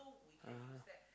(uh huh)